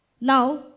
Now